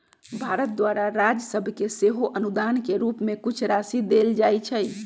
भारत द्वारा राज सभके सेहो अनुदान के रूप में कुछ राशि देल जाइ छइ